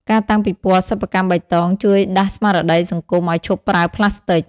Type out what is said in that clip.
ការតាំងពិព័រណ៍សិប្បកម្មបៃតង ជួយដាស់ស្មារតីសង្គមឱ្យឈប់ប្រើផ្លាស្ទិក។